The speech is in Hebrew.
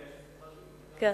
חברת הכנסת חוטובלי,